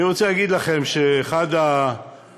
אני רוצה להגיד לכם שאחד המאמרים,